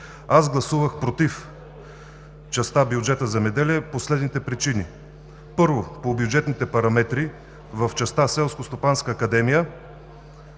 Аз гласувах „против“ в частта на бюджета „Земеделие“ по следните причини. Първо, по бюджетните параметри в частта „Селскостопанска академия“,